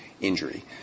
injury